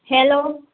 hello